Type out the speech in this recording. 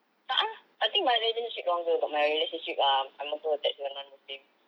tak ah I think my relationship longer but my relationship uh I'm also attached to a non-muslim